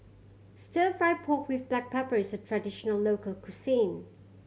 Stir Fry pork with black pepper is a traditional local cuisine